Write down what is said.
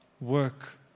work